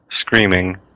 screaming